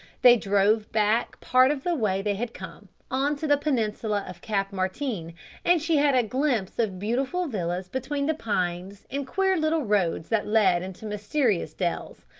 they drove back part of the way they had come, on to the peninsula of cap martin and she had a glimpse of beautiful villas between the pines and queer little roads that led into mysterious dells.